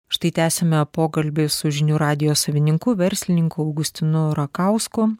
štai tęsiame pokalbį su žinių radijo savininku verslininku augustinu rakausku